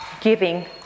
giving